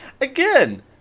again